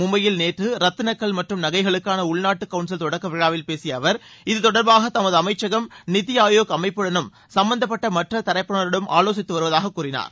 மும்பையில் நேற்று இரத்தின கல் மற்றும் நகைகளுக்கான உள்நாட்டு கவுன்சில் தொடக்க விழாவில் பேசிய அவர் இதுதொடர்பாக தமது அமைச்சகம் நிதி ஆயோக் அமைப்புடனும் சும்பந்தப்பட்ட மற்ற தரப்பினருடனும் ஆலோசித்து வருவதாக கூறினார்